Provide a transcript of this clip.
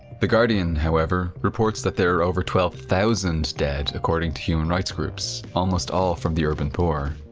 the guardian, however, reports that there are over twelve thousand dead according to human rights groups, almost all from the urban poor.